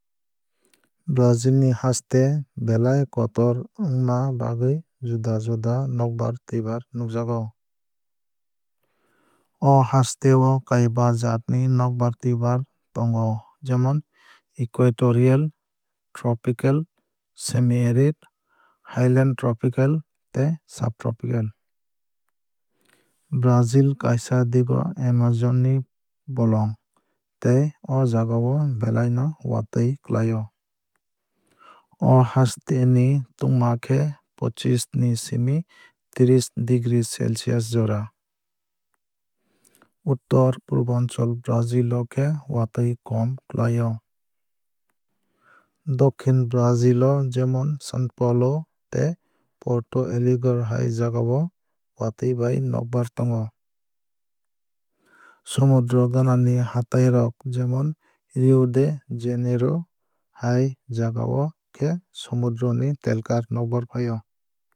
Brazil ni haste belai kotor wngma bagwui juda juda nokbar twuibar nukjago. O hasteo kaiba jaat ni nokbar twuibar tongo jemon equatorial tropical semi arid highland tropical tei subtropical. Brazil kaisa digo amazon ni bolong tei o jagao belai no watwui klai o. O haste ni tungma khe pochish ni simi treesh degree celcius jora. Uttor purbanchal brazil o khe watwui kom klai o. Dokhin brazil o jemon sao paulo tei porto alegre hai jagao watwui bai nokbar tongo. Somudro gana ni hatai rok jemon rio de janeiro hai jagao khe somudra ni telkar nokbar fai o.